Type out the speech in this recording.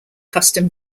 custom